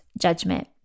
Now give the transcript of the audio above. judgment